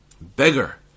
Beggar